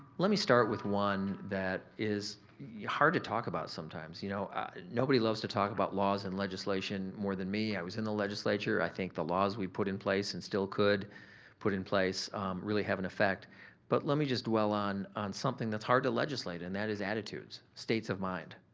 start with one that is yeah hard to talk about sometimes. you know nobody loves to talk about laws and legislation more than me. i was in the legislature. i think the laws we put in place and still could put in place really have an effect but let me just dwell on on something that's hard to legislate and that is attitudes, states of mind.